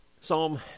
Psalm